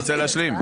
אני רוצה להשלים.